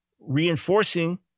reinforcing